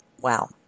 wow